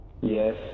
yes